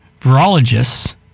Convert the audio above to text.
virologists